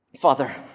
Father